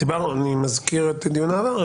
אני מזכיר את דיוני העבר.